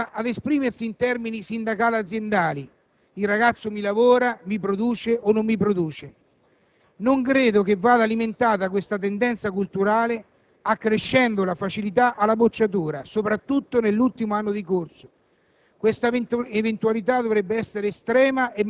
in parte del corpo docente, che lo porta ad esprimersi in termini sindacal-aziendali: «il ragazzo mi lavora, mi produce o non mi produce». Non credo vada alimentata questa tendenza culturale accrescendo la facilità alla bocciatura, soprattutto nell'ultimo anno di corso;